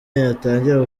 yatangira